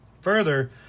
Further